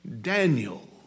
Daniel